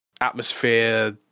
atmosphere